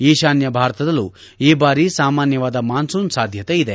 ಈಶಾನ್ಯ ಭಾರತದಲ್ಲೂ ಈ ಬಾರಿ ಸಾಮಾನ್ಯವಾದ ಮಾನ್ಲೂನ್ ಸಾಧ್ಯತೆ ಇದೆ